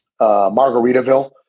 Margaritaville